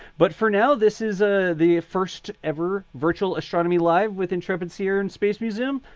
but for now, this is ah the first ever virtual astronomy live with intrepid sea, air and space museum.